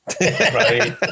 Right